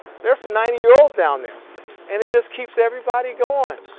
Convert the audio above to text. there's some ninety year olds down there and it just keeps everybody going.